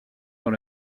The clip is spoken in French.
dans